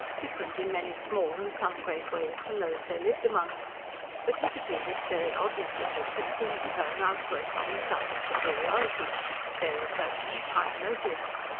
different in many small and some great ways from those they lived amongst but hitherto this very oddness of his had seemed to her an outgrowth on the side of superiority fairer judgment, higher motives.